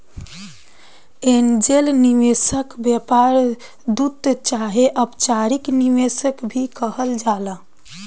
angel निवेशक के व्यापार दूत चाहे अपचारिक निवेशक भी कहल जाला